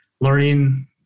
learning